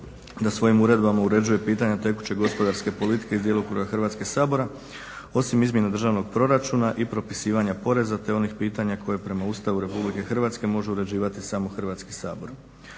da svojim uredbama uređuje pitanja tekuće gospodarske politike iz djelokruga Hrvatskog sabora, osim izmjena državnog proračuna i propisivanja poreza te onih pitanja koja prema Ustavu RH može uređivati samo Hrvatski sabor.